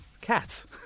cats